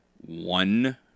one